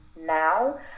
now